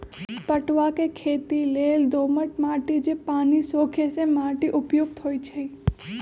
पटूआ के खेती लेल दोमट माटि जे पानि सोखे से माटि उपयुक्त होइ छइ